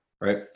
right